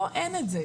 פה אין את זה.